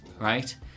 right